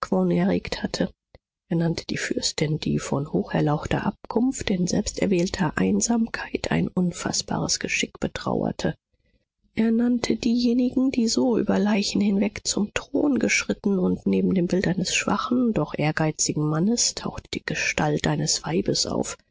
erregt hatte er nannte die fürstin die von hocherlauchter abkunft in selbsterwählter einsamkeit ein unfaßbares geschick betrauerte er nannte diejenigen die so über leichen hinweg zum thron geschritten und neben dem bild eines schwachen doch ehrgeizigen mannes tauchte die gestalt eines weibes auf